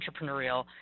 entrepreneurial